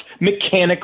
mechanically